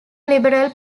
liberal